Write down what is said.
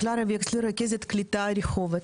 קלרה וקסלר, רכזת קליטה רחובות.